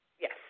Yes